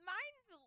Mine's